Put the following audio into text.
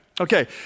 Okay